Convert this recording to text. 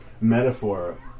metaphor